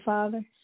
Father